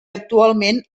actualment